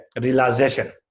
realization